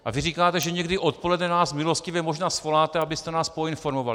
A vy říkáte, že někdy odpoledne nás milostivě možná svoláte, abyste nás poinformoval.